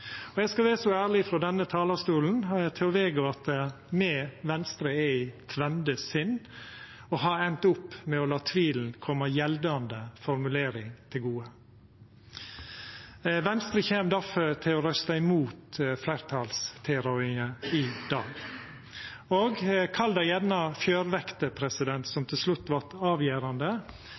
Eg skal vera så ærleg frå denne talarstolen å vedgå at me i Venstre er «i tvende sinn» og har enda opp med å la tvilen koma gjeldande formulering til gode. Venstre kjem difor til å røysta mot fleirtalstilrådinga i dag. Kall det gjerne fjørvekta som til slutt vart avgjerande